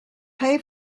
pay